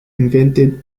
invented